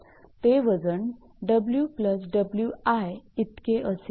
ते वजन 𝑊 𝑊𝑖 इतके असेल